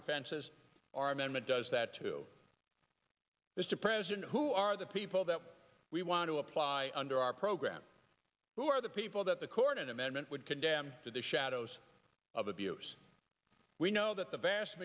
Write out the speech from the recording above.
offenses or amendment does that to mr president who are the people that we want to apply under our program who are the people that the court an amendment would condemn to the shadows of abuse we know that the vast